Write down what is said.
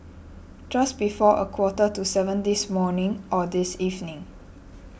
just before a quarter to seven this morning or this evening